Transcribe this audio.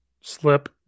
slip